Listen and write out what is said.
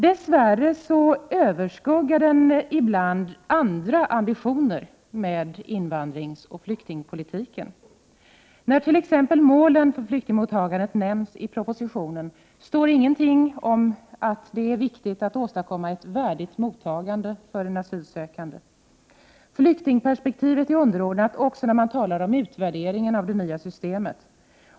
Dess värre överskuggar den ibland andra ambitioner för invandringsoch flyktingpolitiken. När målen för flyktingmottagandet t.ex. tas upp i propositionen, nämns ingenting om att det är viktigt att åstadkomma ett värdigt mottagande av den asylsökande. Flyktingperspektivet är underordnat också när man talar om utvärderingen av det nya systemet.